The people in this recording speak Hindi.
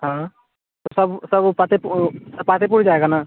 हाँ तो सब वह सब वह पातेपुर पातेपुर जाएगा ना